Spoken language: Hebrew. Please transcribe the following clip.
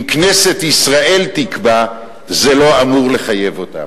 אם כנסת ישראל תקבע, זה לא אמור לחייב אותם.